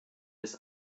des